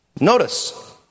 Notice